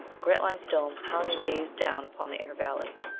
grantline's domes hung and gazed down upon the inner valley.